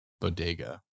bodega